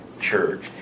church